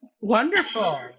Wonderful